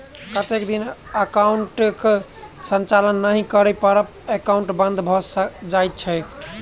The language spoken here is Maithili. कतेक दिन एकाउंटक संचालन नहि करै पर एकाउन्ट बन्द भऽ जाइत छैक?